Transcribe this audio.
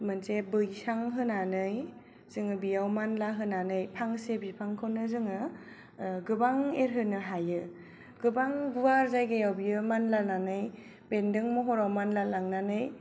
मोनसे बैसां होनानै जोङो बेयाव मानला होनानै फांसे बिफांखौनो जोङो गोबां एरहोनो हायो गोबां गुवार जायगायाव बेयो मानलानानै बेन्दों महराव मानला लांनानै